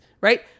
right